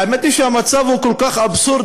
האמת היא שהמצב הוא כל כך אבסורדי,